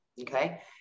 Okay